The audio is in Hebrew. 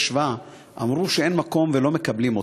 שבא" אמרו שאין מקום ולא מקבלים אותה.